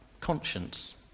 conscience